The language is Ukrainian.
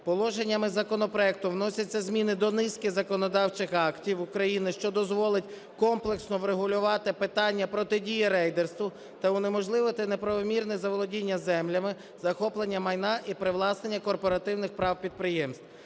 Положеннями законопроекту вносяться зміни до низки законодавчих актів України, що дозволить комплексно врегулювати питання протидії рейдерству та унеможливити неправомірне заволодіння землями, захоплення майна і привласнення корпоративних прав підприємств.